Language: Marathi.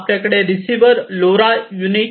आपल्याकडे रिसीव्हर लोरा युनिट